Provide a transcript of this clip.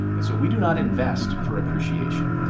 and so we do not invest for appreciation.